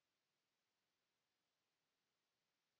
Kiitos.